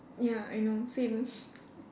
ya I know same